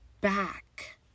back